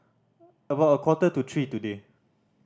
after a quarter to three today